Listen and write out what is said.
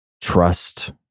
trust